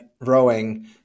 rowing